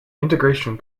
integration